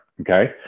okay